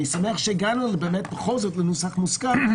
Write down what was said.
אני שמח שהגענו בכל זאת לנוסח מוסכם,